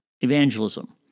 evangelism